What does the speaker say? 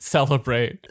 Celebrate